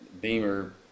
Beamer